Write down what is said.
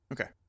Okay